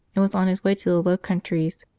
and was on his way to the low countries.